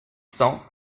cents